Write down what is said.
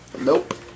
Nope